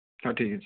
ହେଉ ଠିକ ଅଛି